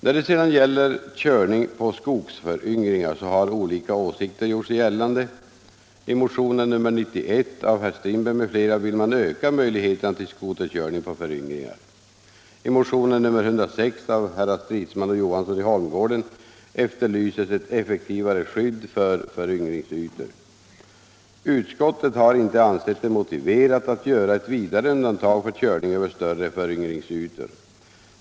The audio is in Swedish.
När det sedan gäller körning på skogsföryngringar har olika åsikter gjort sig gällande. I motionen 1975 76:106 av herr Stridsman och herr Johansson i Holmgården efterlyses ett effektivare skydd för föryngringsytor. Utskottet har inte ansett det motiverat att göra ett vidare undantag för körning över större föryngringsytor.